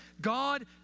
God